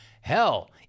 Hell